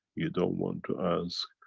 you don't want to ask